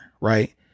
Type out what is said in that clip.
right